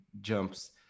jumps